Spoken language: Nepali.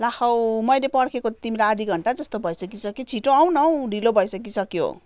ला हौ मैले पर्खेको त तिमीलाई आधा घन्टा जस्तो भइसकिसक्यो छिटो आऊ न हौ ढिलो भइसकिसक्यो